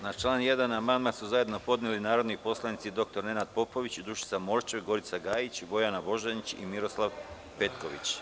Na član 1. amandman su zajedno podneli narodni poslanici dr Nenad Popović, Dušica Morčev, Gorica Gajić, Bojana Božanić i Miroslav Petković.